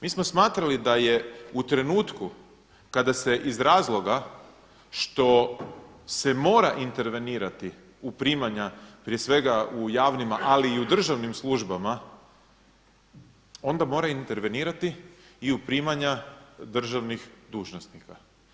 Mi smo smatrali da je u trenutku kada se iz razloga što se mora intervenirati u primanja prije svega u javnima, ali i u državnim službama onda mora intervenirati i u primanja državnih dužnosnika.